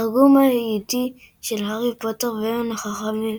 התרגום היידי של "הארי פוטר ואבן החכמים"